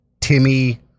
Timmy